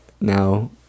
now